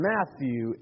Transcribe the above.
Matthew